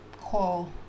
call